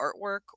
artwork